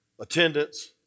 attendance